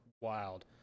wild